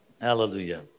Hallelujah